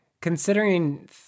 Considering